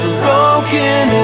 broken